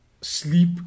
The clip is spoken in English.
sleep